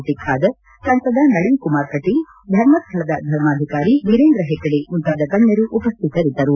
T Khader ಸಂಸದ ನಳಿನ್ ಕುಮಾರ್ ಕಟೀಲ್ ಧರ್ಮಸ್ಥಳದ ಧರ್ಮಾಧಿಕಾರಿ ವೀರೇಂದ್ರ ಹೆಗ್ಗಡೆ ಮುಂತಾದ ಗಣ್ಯರು ಉಪಸ್ಥಿತರಿದ್ದರು